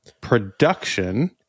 production